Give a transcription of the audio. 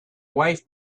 wife